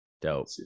Dope